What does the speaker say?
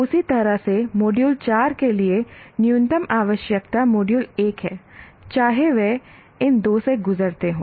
उसी तरह से मॉड्यूल 4 के लिए न्यूनतम आवश्यकता मॉड्यूल 1 है चाहे वे इन 2 से गुजरते हों